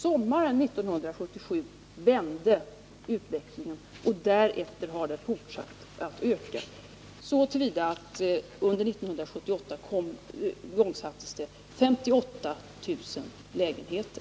Sommaren 1977 vände utvecklingen, och därefter har bostadsbyggandet fortsatt att öka, så att det under 1977 igångsattes 58 000 lägenheter.